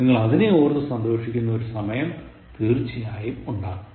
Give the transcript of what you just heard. നിങ്ങൾ അതിനെയോർത്തു സന്തോഷിക്കുന്ന ഒരു സമയം തീർച്ചയായും ഉണ്ടാകും